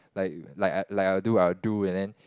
like like I'll do I'll do and then